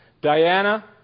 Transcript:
Diana